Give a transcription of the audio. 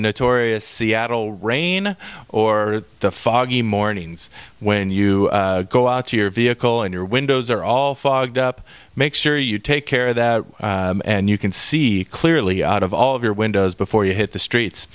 notorious seattle rain or the foggy mornings when you go out to your vehicle and your windows are all fogged up make sure you take care of that and you can see clearly out of all of your windows before you hit the streets